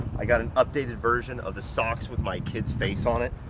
i got an updated version of the socks with my kids face on it.